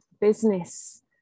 business